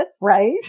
right